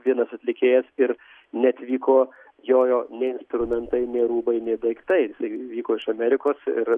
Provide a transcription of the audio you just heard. vienas atlikėjas ir neatvyko jojo nei instrumentai nei rūbai nei daiktai jisai vyko iš amerikos ir